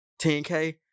10K